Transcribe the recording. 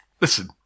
Listen